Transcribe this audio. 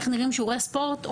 איך נראים שיעורי ספורט,